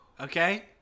Okay